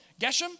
Geshem